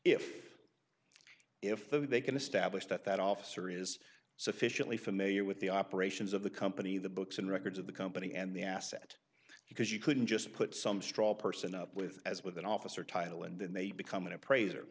if if they can establish that that officer is sufficiently familiar with the operations of the company the books and records of the company and the asset because you couldn't just put some straw person up with as with an officer title and then they become an appraiser